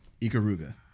Ikaruga